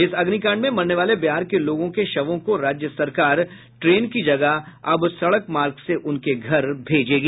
इस अग्निकांड में मरने वाले बिहार के लोगों के शवों को राज्य सरकार ट्रेन की जगह अब सड़क मार्ग से उनके घर भेजेगी